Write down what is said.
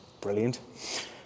Brilliant